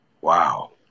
wow